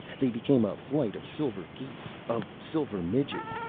they became a flight of silver geese. of silver midges.